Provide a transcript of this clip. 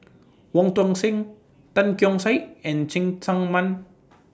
Wong Tuang Seng Tan Keong Saik and Cheng Tsang Man